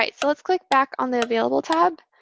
um so let's click back on the available tab.